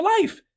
life